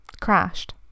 crashed